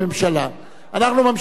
אנחנו ממשיכים בסדר-היום,